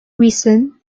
reason